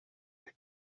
que